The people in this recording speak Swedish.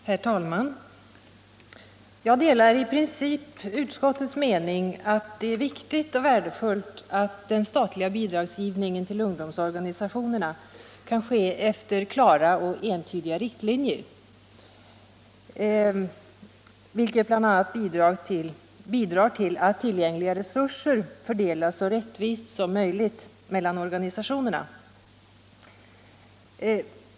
Herr talman! Jag delar i princip utskottets mening att det är viktigt och värdefullt att den statliga bidragsgivningen till ungdomsorganisationerna kan ske efter klara och entydiga riktlinjer. Detta bidrar bl.a. till att tillgängliga resurser fördelas så rättvist som möjligt mellan organisationerna.